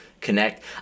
connect